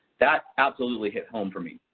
that absolutely hit home for me.